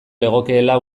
legokeela